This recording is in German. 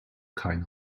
keine